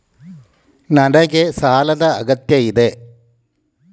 ನನಗೆ ಸಾಲದ ಅಗತ್ಯ ಇದೆ?